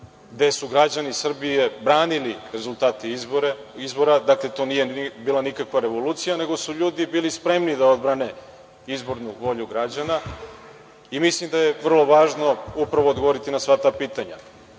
gde su građani Srbije branili rezultate izbora. Dakle, to nije bila nikakva revolucija nego su ljudi bili spremni da odbrane izbornu volju građana i mislim da je vrlo važno upravo odgovoriti na sva ta